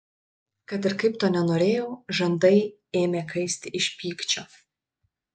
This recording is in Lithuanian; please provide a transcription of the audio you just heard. kad ir kaip to nenorėjau žandai ėmė kaisti iš pykčio